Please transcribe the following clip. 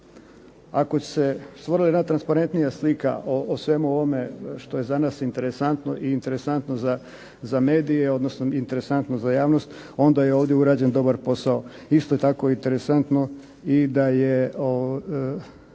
ako se stvori jedna transparentnija slika o svemu ovome što je za nas interesantno i interesantno za medije, odnosno interesantno za javnost, onda je ovdje urađen dobar posao. Isto je tako interesantno i da je,